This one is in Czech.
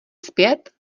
zpět